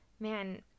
Man